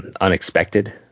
unexpected